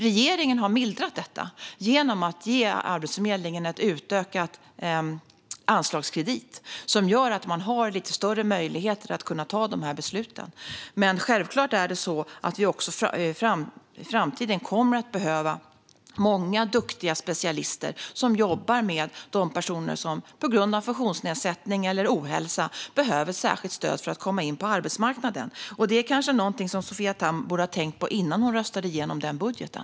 Regeringen har mildrat detta genom att ge Arbetsförmedlingen en utökad anslagskredit, som gör att man har lite större möjlighet att ta dessa beslut. Givetvis kommer vi även i framtiden att behöva många duktiga specialister som jobbar med de personer som på grund av funktionsnedsättning eller ohälsa behöver särskilt stöd för att komma in på arbetsmarknaden. Detta borde Sofia Damm kanske ha tänkt på innan hon röstade igenom den budgeten.